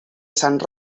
sant